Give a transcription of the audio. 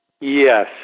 Yes